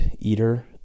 eater